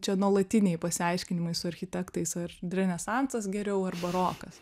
čia nuolatiniai pasiaiškinimai su architektais ar renesansas geriau ar barokas